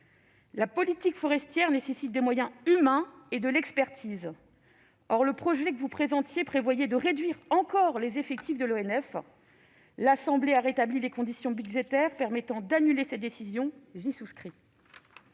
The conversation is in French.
La politique forestière nécessite des moyens humains et de l'expertise. Or le projet que vous présentiez prévoyait de réduire encore les effectifs de l'ONF. L'Assemblée nationale a rétabli des conditions budgétaires permettant d'annuler cette diminution. Je soutiens